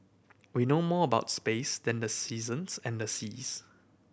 we know more about space than the seasons and the seas